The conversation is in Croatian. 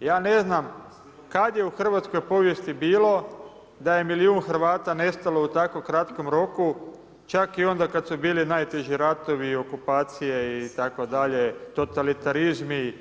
Ja ne znam kada je u hrvatskoj povijesti bilo da je milijun Hrvata nestalo u tako kratkom roku, čak i onda kad su bili najteži ratovi, okupacije itd., totalitarizmi,